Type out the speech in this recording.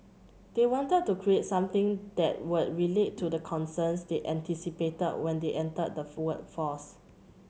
they wanted to create something that would relate to the concerns they anticipated when they enter the force